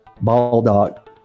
Baldock